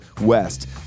West